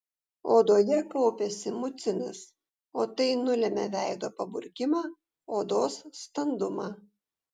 odoje kaupiasi mucinas o tai nulemia veido paburkimą odos standumą